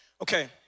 Okay